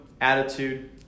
attitude